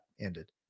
ended